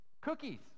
Cookies